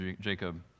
Jacob